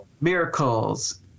miracles